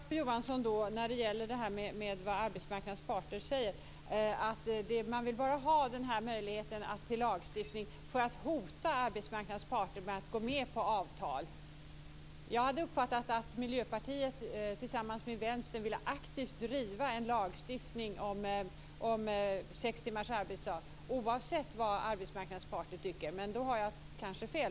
Herr talman! Skall jag tolka Barbro Johansson, när det gäller vad arbetsmarknadens parter säger, som att man bara vill ha lagstiftningsmöjligheten för att hota arbetsmarknadens parter så att de går med på avtal? Jag hade uppfattat att Miljöpartiet tillsammans med Vänstern aktivt ville driva en lagstiftning om sex timmars arbetsdag oavsett vad arbetsmarknadens parter tycker. Förhoppningsvis hade jag alltså fel.